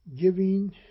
giving